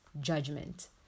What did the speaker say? judgment